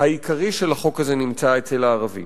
העיקרי של החוק הזה נמצא אצל הערבים.